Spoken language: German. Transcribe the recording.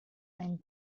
ein